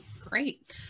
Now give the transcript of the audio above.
great